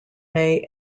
may